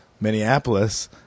Minneapolis